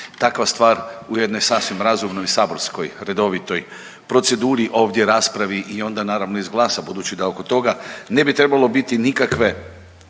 takva stvar, u jednoj sasvim razumnoj, saborskoj, redovitoj proceduri ovdje raspravi i onda naravno izglasa. Budući da oko toga ne bi trebalo biti nikakve